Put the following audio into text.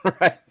Right